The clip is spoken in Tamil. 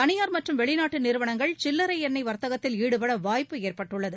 தனியார் மற்றும் வெளிநாட்டுநிறுவனங்கள் சில்லரைஎண்ணெய் வர்த்தகத்தில் இதன் மூலம் ஈடுபடவாய்ப்பு ஏற்பட்டுள்ளது